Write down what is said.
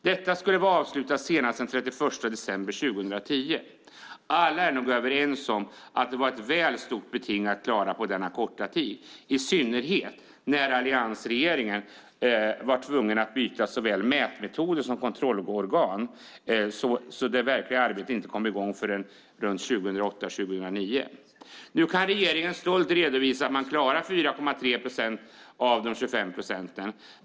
Detta skulle vara avslutat senast den 31 december 2010. Alla är nog överens om att det var ett väl stort beting att klara på denna korta tid, i synnerhet när alliansregeringen var tvungen att byta såväl mätmetoder som kontrollorgan så att det verkliga arbetet inte kom i gång förrän runt 2008-2009. Nu kan regeringen stolt redovisa att man klarar 4,3 procent av de 25 procenten.